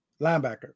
linebacker